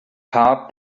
hard